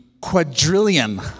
quadrillion